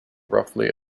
roughly